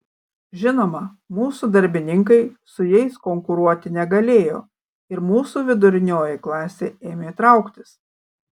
žinoma mūsų darbininkai su jais konkuruoti negalėjo ir mūsų vidurinioji klasė ėmė trauktis